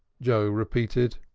joe repeated.